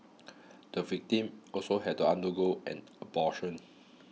the victim also had to undergo an abortion